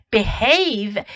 Behave